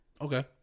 Okay